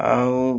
ଆଉ